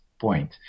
point